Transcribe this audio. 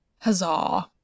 Huzzah